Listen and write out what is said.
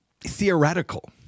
theoretical